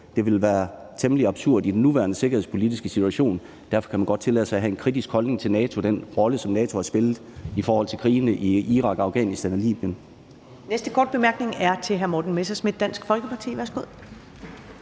Det ville være temmelig absurd i den nuværende sikkerhedspolitiske situation. Derfor kan man godt tillade sig at have en kritisk holdning til NATO og den rolle, som NATO har spillet i krigene i Irak, Afghanistan og Libyen.